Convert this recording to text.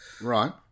Right